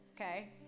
okay